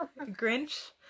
Grinch